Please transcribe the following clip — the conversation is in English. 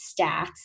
stats